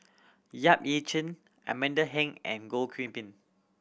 Yap Ee Chian Amanda Heng and Goh Kiu Bin